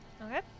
Okay